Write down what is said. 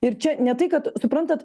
ir čia ne tai kad suprantat